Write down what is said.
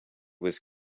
was